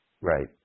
Right